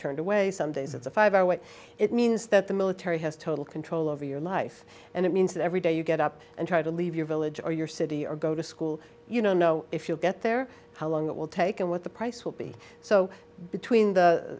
turned away some days it's a five hour wait it means that the military has total control over your life and it means that every day you get up and try to leave your village or your city or go to school you know know if you'll get there how long it will take and what the price will be so between the